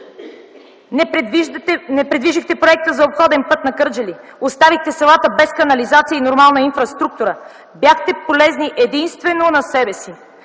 Не предвиждате проект за обходен път на Кърджали. Оставихте селата без канализация и нормална инфраструктура. Бяхте полезни единствено на себе си.